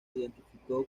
identificó